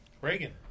Reagan